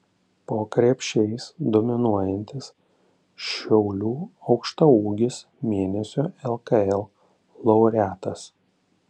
po krepšiais dominuojantis šiaulių aukštaūgis mėnesio lkl laureatas